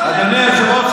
אדוני היושב-ראש,